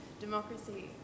democracy